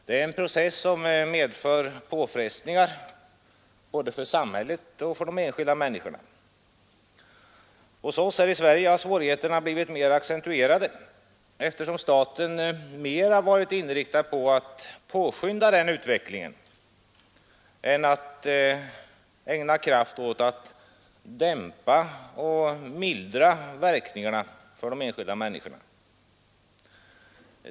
Det är en process som medför påfrestningar både för samhället och för de enskilda människorna. Hos oss här i Sverige har svårigheterna blivit mer accentuerade, eftersom staten mer har varit inriktad på att påskynda denna utveckling än att ägna kraft åt att dämpa och mildra verkningarna för de enskilda människorna.